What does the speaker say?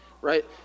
right